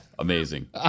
Amazing